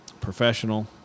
professional